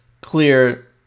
clear